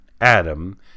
Adam